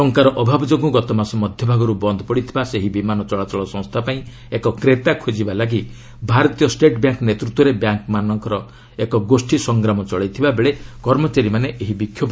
ଟଙ୍କାର ଅଭାବ ଯୋଗୁଁ ଗତ ମାସ ମଧ୍ୟଭାଗରୁ ବନ୍ଦ ପଡ଼ିଥିବା ସେହି ବିମାନ ଚଳାଚଳ ସଂସ୍ଥା ପାଇଁ ଏକ କ୍ରେତା ଖୋଜିବା ଲାଗି ଭାରତୀୟ ଷ୍ଟେଟ୍ ବ୍ୟାଙ୍କ୍ ନେତୃତ୍ୱରେ ବ୍ୟାଙ୍କ୍ ମାନର ଏକ ଗୋଷୀ ସଂଗ୍ରାମ ଚଳାଇଥିବା ବେଳେ କର୍ମଚାରୀମାନେ ଏହି ବିକ୍ଷୋଭ ପ୍ରଦର୍ଶନ କରିଛନ୍ତି